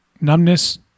numbness